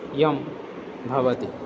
इयं भवति